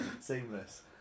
Seamless